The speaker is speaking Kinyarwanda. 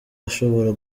ashobora